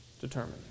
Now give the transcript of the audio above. determined